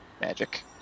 magic